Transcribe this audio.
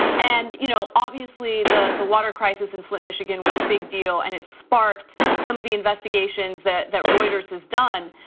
and you know obviously the the water crisis in flint, michigan was a big deal, and it sparks some of the investigation that that reuters has done,